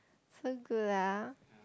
so good ah